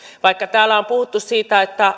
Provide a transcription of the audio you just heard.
vaikka täällä on puhuttu että